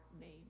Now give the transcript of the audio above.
name